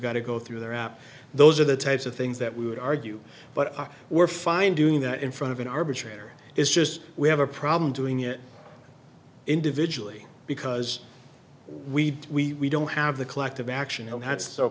got to go through their app those are the types of things that we would argue but we're fine doing that in front of an arbitrator is just we have a problem doing it individually because we don't have the collective action